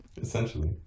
essentially